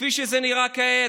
וכפי שזה נראה כעת,